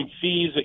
fees